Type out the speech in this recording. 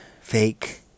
fake